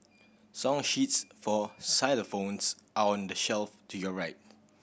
song sheets for xylophones are on the shelf to your right